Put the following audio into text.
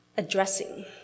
addressing